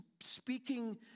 speaking